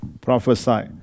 prophesy